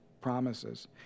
promises